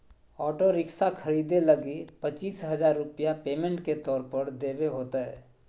auto rickshaw खरीदे लगी पचीस हजार रूपया पेमेंट के तौर पर देवे होतय